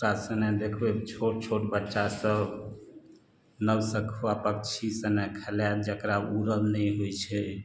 ओकरा सना देखबै छोट छोट बच्चा सब नवसिखुआ पक्षी सने खेलाएत जेकरा उड़ल नहि होइ छै